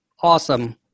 awesome